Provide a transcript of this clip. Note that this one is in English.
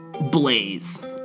Blaze